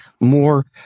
more